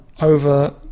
over